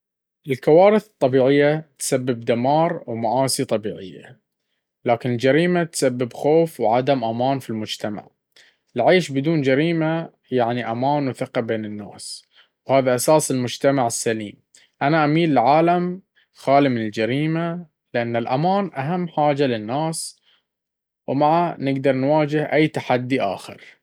الكوارث الطبيعية تسبب دمار ومآسي طبيعية، لكن الجريمة تسبب خوف وعدم أمان في المجتمع. العيش بدون جريمة يعني أمان وثقة بين الناس، وهذا أساس المجتمع السليم. أنا أميل لعالم خالي من الجريمة، لأن الأمان أهم حاجة للناس، ومعه نقدر نواجه أي تحدي آخر.